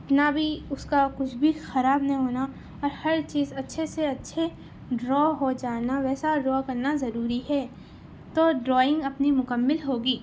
اتنا بھی اُس کا کچھ بھی خراب نہیں ہونا اور ہر چیز اچھے سے اچھے ڈرا ہو جانا ویسا ڈرا کرنا ضروری ہے تو ڈرائنگ اپنی مکمل ہوگی